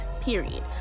period